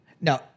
No